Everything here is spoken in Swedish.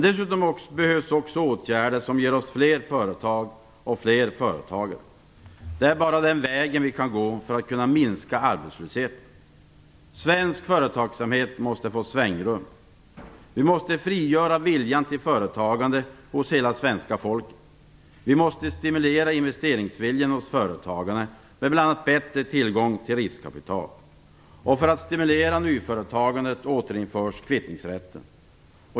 Dessutom behövs åtgärder som ger oss fler företag och fler företagare. Det är bara den vägen vi kan gå för att kunna minska arbetslösheten. Svensk företagsamhet måste få svängrum. Vi måste frigöra viljan till företagande hos hela svenska folket. Vi måste stimulera investeringsviljan hos företagarna med bl.a. bättre tillgång till riskkapital. För att stimulera nyföretagandet återinförs kvittningsrätten.